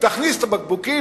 תכניס את הבקבוקים,